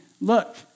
look